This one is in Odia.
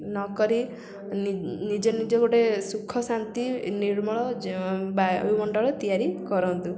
ନ କରି ନିଜେ ନିଜେ ଗୋଟେ ସୁଖ ଶାନ୍ତି ନିର୍ମଳ ବାୟୁମଣ୍ଡଳ ତିଆରି କରନ୍ତୁ